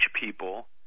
people